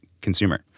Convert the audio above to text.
consumer